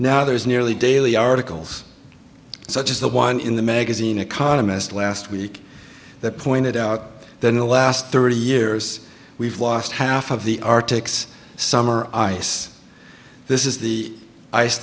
now there's nearly daily articles such as the one in the magazine economist last week that pointed out that in the last thirty years we've lost half of the arctic's summer ice this is the ice